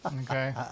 Okay